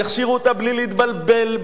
יכשירו אותה בלי להתבלבל,